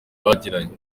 bagiranye